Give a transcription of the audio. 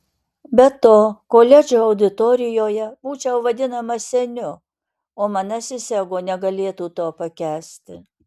be to koledžo auditorijoje būčiau vadinamas seniu o manasis ego negalėtų to pakęsti